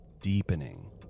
deepening